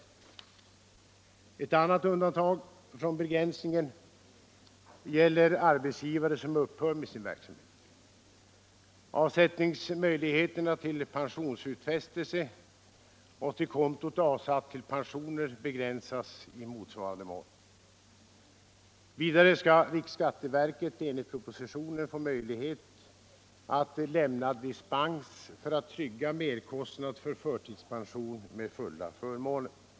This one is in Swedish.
Ett annat undantag från begränsningen gäller arbetsgivare som upphör med sin verksamhet. Avsättningsmöjligheterna till pensionsutfästelse och till kontot Avsatt till pensioner m.m. begränsas i motsvarande mån. Vidare skall riksskatteverket enligt propositionen få möjlighet att lämna dispens för att trygga merkostnad för förtidspension med fulla förmåner.